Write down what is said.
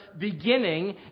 beginning